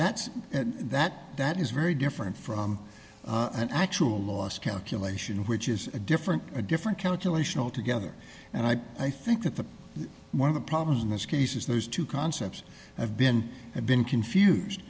that's that that is very different from an actual loss calculation which is a different a different calculational together and i i think that the one of the problems in this case is those two concepts have been have been confused